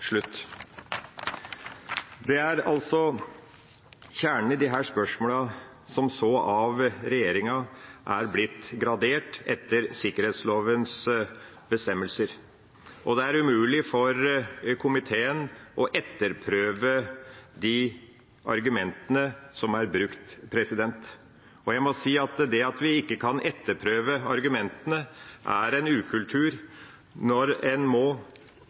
Det er altså kjernen i disse spørsmålene, som så av regjeringa er blitt gradert etter sikkerhetslovens bestemmelser, og det er umulig for komiteen å etterprøve de argumentene som er brukt. Jeg må si at det at vi ikke kan etterprøve argumentene, er en ukultur, når